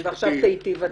עכשיו תיטיב אתה.